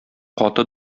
каты